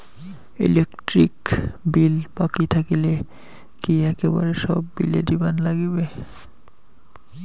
Electric bill বাকি থাকিলে কি একেবারে সব বিলে দিবার নাগিবে?